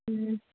ம்